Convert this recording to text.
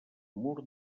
mur